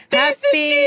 Happy